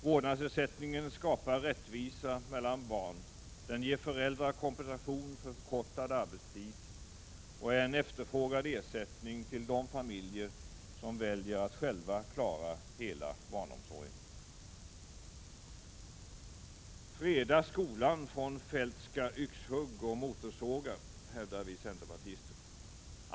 Vårdnadsersättningen skapar rättvisa mellan barn, den ger föräldrar kompensation för förkortad arbetstid och den är en efterfrågad ersättning till de familjer som väljer att själva klara hela barnomsorgen. Freda skolan från Feldtska yxhugg och motorsågar, hävdar vi centerpartister.